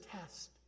test